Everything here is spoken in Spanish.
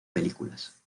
películas